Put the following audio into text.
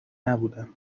نبودم